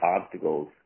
obstacles